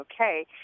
okay